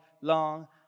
long